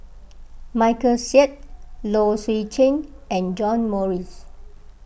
Michael Seet Low Swee Chen and John Morrice